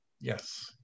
Yes